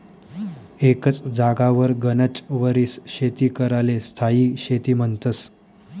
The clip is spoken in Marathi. एकच जागावर गनच वरीस शेती कराले स्थायी शेती म्हन्तस